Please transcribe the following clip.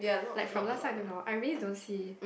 like from last time I don't know I really don't see